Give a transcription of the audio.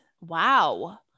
Wow